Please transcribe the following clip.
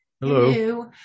Hello